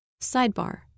Sidebar